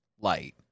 light